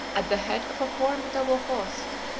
at the head of a formidable host,